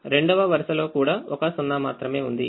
రెండవ వరుసలో కూడా ఒక 0 మాత్రమే ఉంది